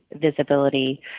visibility